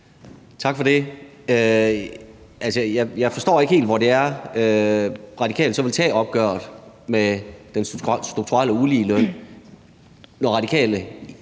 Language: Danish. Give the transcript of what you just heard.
Tak for det. Altså, jeg forstår ikke helt, hvor det er, De Radikale så vil tage opgøret med den strukturelle uligeløn, når Radikale